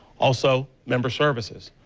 also, member services.